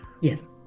Yes